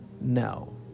No